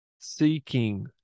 Seeking